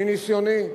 מניסיוני,